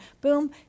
boom